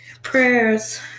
Prayers